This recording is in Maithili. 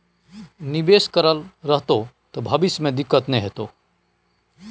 निवेश करल रहतौ त भविष्य मे दिक्कत नहि हेतौ